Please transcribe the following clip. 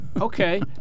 Okay